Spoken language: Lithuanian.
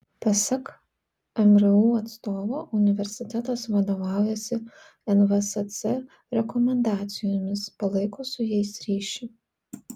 pasak mru atstovo universitetas vadovaujasi nvsc rekomendacijomis palaiko su jais ryšį